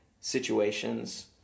situations